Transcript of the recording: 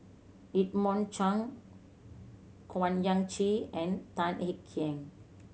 Edmund Cheng Owyang Chi and Tan Kek Hiang